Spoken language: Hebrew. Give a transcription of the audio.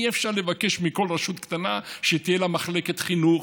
אי-אפשר לבקש מכל רשות קטנה שתהיה לה מחלקת חינוך,